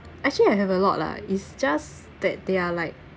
actually I have a lot lah is just that they are like